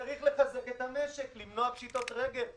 צריך לחזק את המשק, למנוע פשיטות רגל.